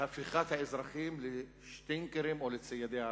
בהפיכת האזרחים לשטינקרים או לציידי ערבים,